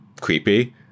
creepy